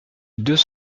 deux